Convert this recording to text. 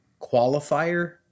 qualifier